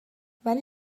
ولی